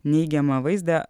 neigiamą vaizdą